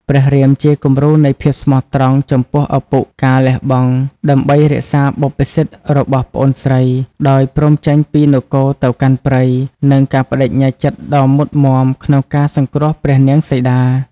ព្រះរាមជាគំរូនៃភាពស្មោះត្រង់ចំពោះឪពុក ការលះបង់ដើម្បីរក្សាបុព្វសិទ្ធិរបស់ប្អូនស្រី ដោយព្រមចេញពីនគរទៅកាន់ព្រៃ និងការប្ដេជ្ញាចិត្តដ៏មុតមាំក្នុងការសង្គ្រោះព្រះនាងសីតា ។